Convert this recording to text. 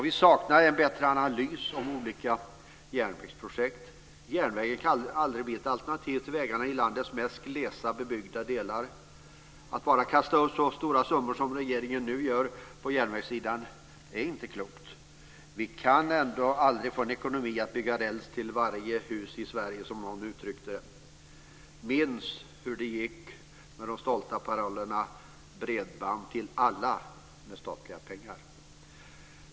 Vi saknar en bättre analys om olika järnvägsprojekt. Järnvägen kan aldrig bli ett alternativ till vägarna i landets mest glest bebyggda delar. Det är inte klokt att bara kasta ut så stora summor som regeringen nu gör på järnvägssidan. Vi kan ändå aldrig få ekonomi i att bygga räls till varje hus i Sverige - som någon uttryckte det. Minns hur det gick med de stolta parollerna om bredband till alla med statliga pengar!